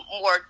more